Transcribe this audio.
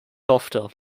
softer